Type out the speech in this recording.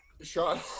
Sean